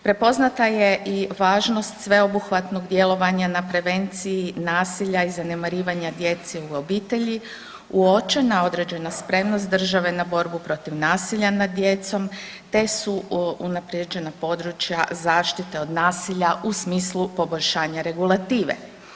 Prepoznata je i važnost sveobuhvatnog djelovanja na prevenciji nasilja i zanemarivanja djece u obitelji, uočena određena spremnost države na borbu protiv nasilja nad djecom te su unaprijeđena područja zaštite od nasilja u smislu poboljšanja regulative.